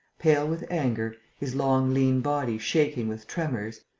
pale with anger, his long, lean body shaking with tremors